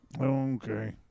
Okay